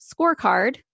scorecard